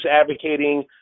advocating